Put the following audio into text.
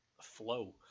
flow